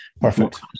perfect